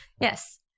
Yes